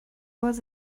was